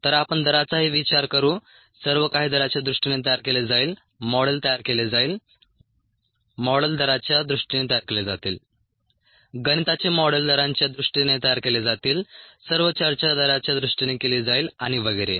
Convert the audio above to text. तर आपण दराचाही विचार करू सर्वकाही दराच्या दृष्टीने तयार केले जाईल मॉडेल तयार केले जाईल मॉडेल दराच्या दृष्टीने तयार केले जातील गणिताचे मॉडेल दरांच्या दृष्टीने तयार केले जातील सर्व चर्चा दराच्या दृष्टीने केली जाईल आणि वगैरे